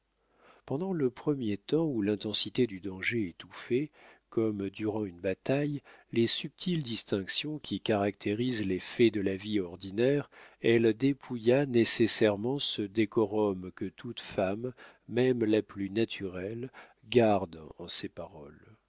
pendant le premier temps où l'intensité du danger étouffait comme durant une bataille les subtiles distinctions qui caractérisent les faits de la vie ordinaire elle dépouilla nécessairement ce décorum que toute femme même la plus naturelle garde en ses paroles